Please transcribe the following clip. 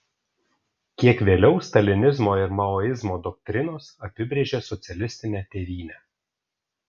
kiek vėliau stalinizmo ir maoizmo doktrinos apibrėžė socialistinę tėvynę